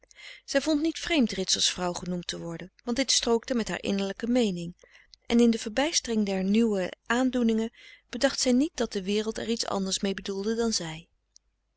zij vond niet vreemd ritserts vrouw genoemd te worden want dit strookte met haar innerlijke meening en in de verbijstering der nieuwe frederik van eeden van de koele meren des doods aandoeningen bedacht zij niet dat de wereld er iets anders mee bedoelde dan zij